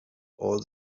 all